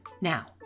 Now